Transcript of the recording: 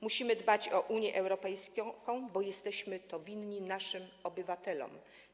Musimy dbać o Unię Europejską, bo jesteśmy to winni naszym obywatelom.